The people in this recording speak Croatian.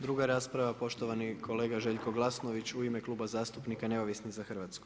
Druga rasprava, poštovani kolega Željko Glasnović u ime Kluba zastupnika Neovisni za Hrvatsku.